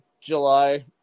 July